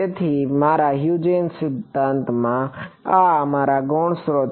તેથી મારા હ્યુજેન્સ સિદ્ધાંતમાં આ મારા ગૌણ સ્ત્રોત છે